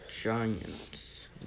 Giants